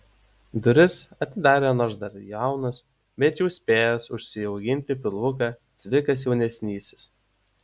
duris atidarė nors dar jaunas bet jau spėjęs užsiauginti pilvuką cvikas jaunesnysis